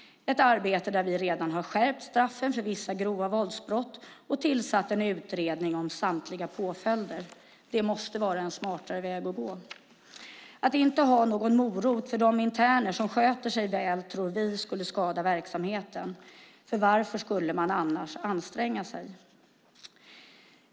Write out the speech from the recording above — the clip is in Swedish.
Vi har redan skärpt straffen för vissa grova våldsbrott och tillsatt en utredning av samtliga påföljder. Det måste vara en smartare väg att gå. Att inte ha någon morot för de interner som sköter sig väl tror vi skulle skada verksamheten. Varför skulle man annars anstränga sig?